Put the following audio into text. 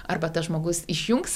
arba tas žmogus išjungs